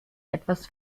etwas